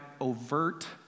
overt